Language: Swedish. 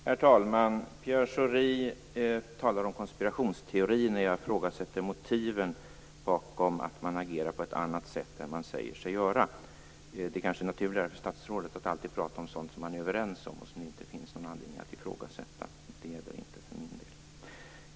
Herr talman! Pierre Schori talar om konspirationsteori när jag ifrågasätter motiven till att man agerar på ett annat sätt än vad man säger sig göra. Det kanske är naturligare för statsrådet att alltid prata om sådant som man är överens om och som det inte finns någon anledning att ifrågasätta. Det gäller inte för min del.